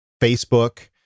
Facebook